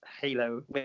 Halo